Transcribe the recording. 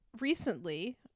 recently